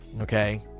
okay